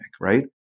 right